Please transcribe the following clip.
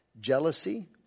jealousy